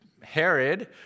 Herod